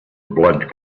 blood